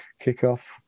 kickoff